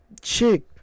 chick